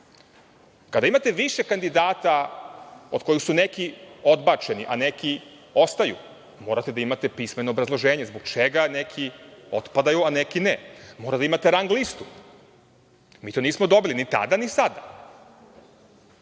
imate više kandidata, od kojih su neki odbačeni a neki ostaju, morate da imate pismeno obrazloženje zbog čega neki otpadaju, a neki ne. Morate da imate rang-listu. Mi to nismo dobili ni tada ni sada.